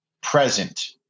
present